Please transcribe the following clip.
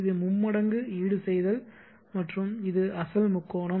இது மும்மடங்கு ஈடுசெய்தல் மற்றும் இது அசல் முக்கோணம்